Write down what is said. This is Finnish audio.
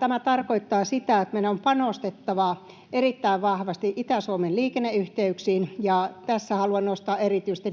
Tämä tarkoittaa sitä, että meidän on panostettava erittäin vahvasti Itä-Suomen liikenneyhteyksiin, ja tässä haluan nostaa erityisesti